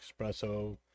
espresso